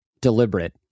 deliberate